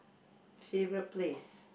favourite place